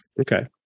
Okay